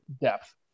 depth